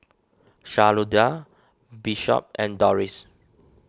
Shalonda Bishop and Dorris